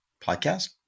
podcast